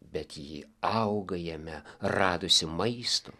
bet ji auga jame radusi maisto